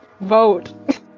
vote